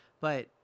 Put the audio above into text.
But-